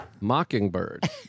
mockingbird